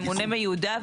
הממונה מיודע,